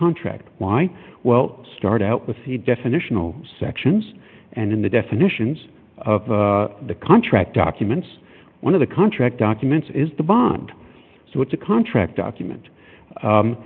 contract why well start out with the definitional sections and in the definitions of the contract documents one of the contract documents is the bond so it's a contract document